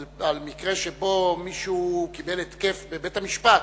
על מקרה שבו מישהו קיבל התקף בבית-המשפט,